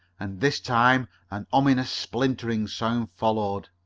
and this time an ominous splintering sound followed.